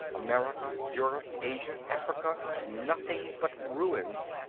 america, europe, asia, africa nothing but ruins.